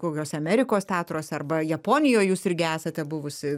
kokiuose amerikos teatruose arba japonijoj jūs irgi esate buvusi